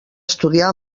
estudiar